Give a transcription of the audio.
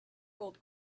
gold